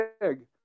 big